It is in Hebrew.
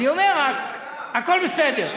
אני אומר רק, הכול בסדר.